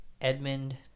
Edmund